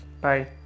Bye